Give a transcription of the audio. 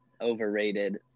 overrated